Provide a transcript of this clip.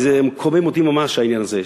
זה מקומם אותי ממש העניין הזה,